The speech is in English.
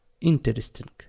interesting